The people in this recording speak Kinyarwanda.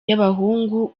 y’abahungu